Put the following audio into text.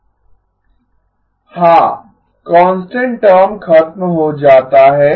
हां constant term खत्म हो जाता है